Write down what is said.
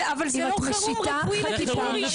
אם את משיתה חקיקה --- כן אבל זה חירום רפואי לטיפול ראשוני מיידי.